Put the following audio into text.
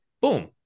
Boom